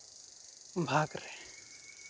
ᱵᱷᱟᱜᱽ ᱨᱮ